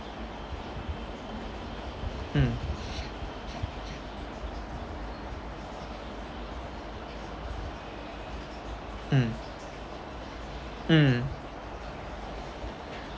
mm mm mm